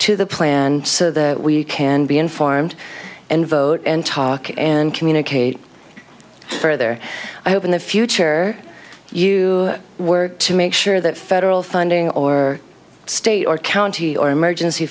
to the plan so the we can be informed and vote and talk and communicate further i hope in the future you work to make sure that federal funding or state or county or emergency